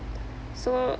so